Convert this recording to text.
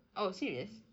oh serious